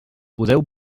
podeu